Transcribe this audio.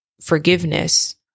forgiveness